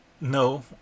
No